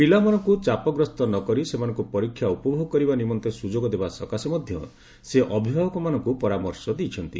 ପିଲାମାନଙ୍କ ଚାପଗ୍ରସ୍ତ ନ କରି ସେମାନଙ୍କ ପରୀକ୍ଷା ଉପଭୋଗ କରିବା ନିମନ୍ତେ ସ୍ରଯୋଗ ଦେବା ସକାଶେ ମଧ୍ୟ ସେ ଅଭିଭାବକମାନଙ୍କୁ ପରାମର୍ଶ ଦେଇଛନ୍ତି